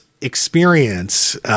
experience